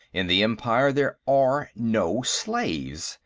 in the empire, there are no slaves.